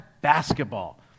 basketball